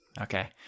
Okay